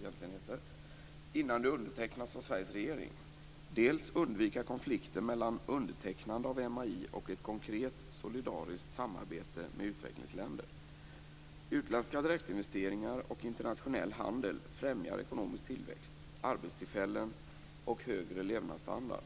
egentligen heter, innan det undertecknas av Sveriges regering, dels undvika konflikter mellan undertecknande av MAI och ett konkret solidariskt samarbete med utvecklingsländer. Utländska direktinvesteringar och internationell handel främjar ekonomisk tillväxt, arbetstillfällen och högre levnadsstandard.